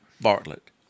Bartlett